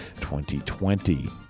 2020